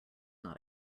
not